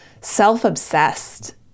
self-obsessed